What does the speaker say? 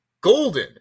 Golden